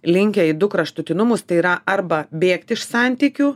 linkę į du kraštutinumus tai yra arba bėgti iš santykių